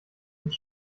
ins